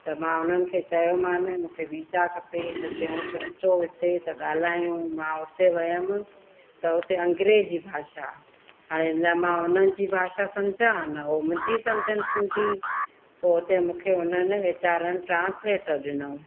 त मां उन्हनि खे चयोमानि मूंखे वीजा खपे त चयोसि अचो हिते त ॻाल्हियूं मां हुते वियमि त हुते अंग्रेजी भाषा हाणे न मां उन्हनि जी भाषा सम्झां न हो मुंहिंजी सम्झनि सिंधी पोइ हुते मूंखे उन्हनि वेचारनि ट्रांस्लेटर ॾिनऊं